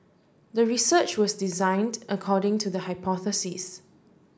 the research was designed according to the hypothesis